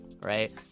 right